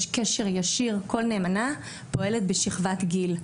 יש קשר ישיר וכל נאמנה פועלת בשכבת גיל.